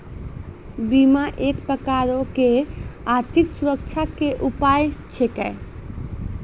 बीमा एक प्रकारो के आर्थिक सुरक्षा के उपाय छिकै